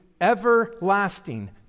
everlasting